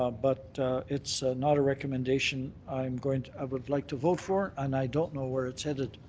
but it's not a recommendation i'm going to i would like to vote for and i don't know where it's headed.